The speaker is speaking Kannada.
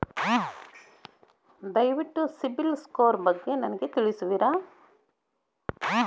ದಯವಿಟ್ಟು ಸಿಬಿಲ್ ಸ್ಕೋರ್ ಬಗ್ಗೆ ನನಗೆ ತಿಳಿಸುವಿರಾ?